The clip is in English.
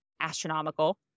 astronomical